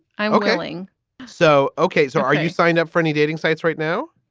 i'm calling so. ok, so are you signed up for any dating sites right now?